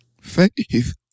Faith